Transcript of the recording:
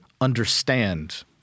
understand